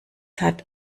hat